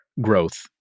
growth